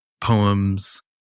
poems